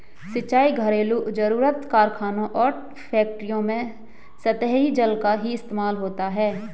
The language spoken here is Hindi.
सिंचाई, घरेलु जरुरत, कारखानों और फैक्ट्रियों में सतही जल का ही इस्तेमाल होता है